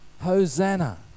Hosanna